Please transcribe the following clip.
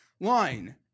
line